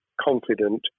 confident